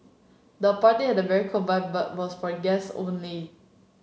the party had very cool vibe but was for guests only